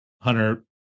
Hunter